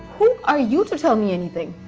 who are you to tell me anything?